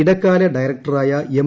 ഇടക്കാല ഡയറക്ടറായി ് എം